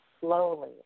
slowly